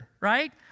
right